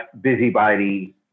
busybody